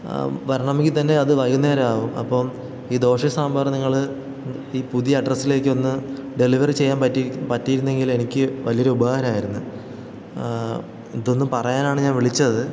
വരണമെങ്കില് തന്നെ അത് വൈകുന്നേരമാവും അപ്പോള് ഈ ദോശയും സാമ്പാറും നിങ്ങള് ഈ പുതിയ അഡ്രസ്സിലേക്കൊന്ന് ഡെലിവറി ചെയ്യാൻ പറ്റിയിരുന്നെങ്കില് എനിക്ക് വലിയൊരു ഉപകാരമായിരുന്നു ഇതൊന്ന് പറയാനാണ് ഞാൻ വിളിച്ചത്